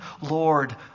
Lord